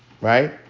right